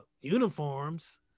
uniforms